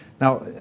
Now